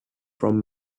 from